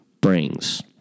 brings